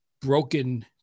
broken